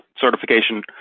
certification